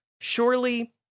Surely